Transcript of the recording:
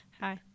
Hi